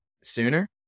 sooner